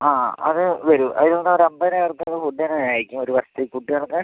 അതെ അത് വരും അതിന് എന്താ പറയുക അൻപതിനായിരം രൂപ ഫുഡിന് വരുവായിരിക്കും ഒരു വർഷത്തിലേക്ക് കുട്ടികൾക്ക്